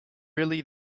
really